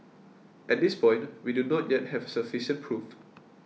at this point we do not yet have sufficient proof